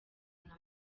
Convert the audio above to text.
hantu